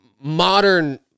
modern